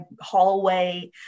hallway